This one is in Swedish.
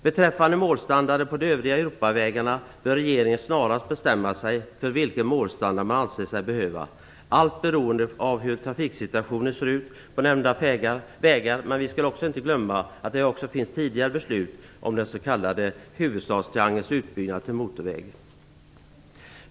Beträffande målstandarden på de övriga Europavägarna bör regeringen snarast bestämma sig, allt beroende av hur trafiksituationen ser ut på nämnda vägar. Vi skall dock inte glömma att det också finns tidigare beslut om den s.k. huvudstadstriangelns utbyggnad till motorväg.